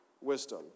wisdom